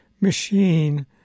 machine